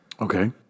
Okay